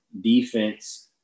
defense